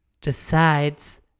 decides